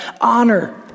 honor